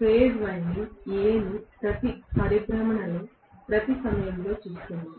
phase winding A ను ప్రతి పరిభ్రమణలో ప్రతి సమయంలో చూస్తున్నాం